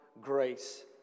grace